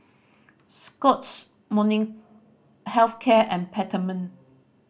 Scott's Health Care and Peptamen